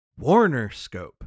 WarnerScope